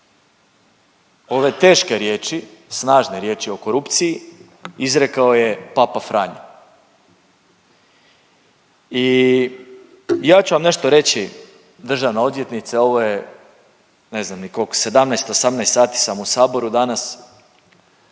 Ove teške riječi, snažne riječi o korupciji izrekao je Papa Franjo i ja ću vam nešto reći, državna odvjetnice, ovo je, ne znam ni koliko, 17, 18 sati sam u Saboru danas